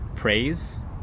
praise